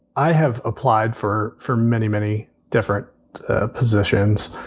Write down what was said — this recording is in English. i have applied for for many, many different positions.